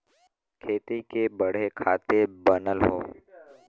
खेती के बढ़े खातिर बनल हौ